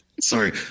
Sorry